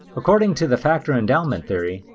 according to the factor-endowment theory,